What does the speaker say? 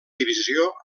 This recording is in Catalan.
divisió